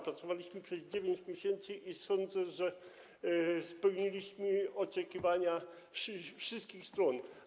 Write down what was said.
Pracowaliśmy przez 9 miesięcy i sądzę, że spełniliśmy oczekiwania wszystkich stron.